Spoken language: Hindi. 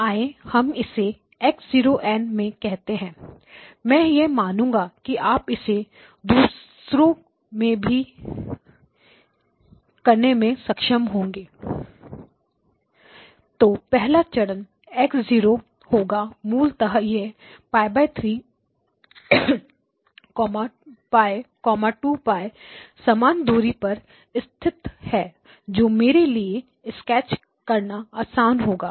आइए हम इसे X 0 मैं करते हैं मैं यह मानूंगा कि आप इसे दूसरों में भी करने में सक्षम होंगे तो पहला चरण X0 होगा मूलत यह π3 π 2π समान दूरी पर स्थित है जो मेरे लिए स्केच करना आसान होगा